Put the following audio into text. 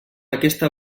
aquesta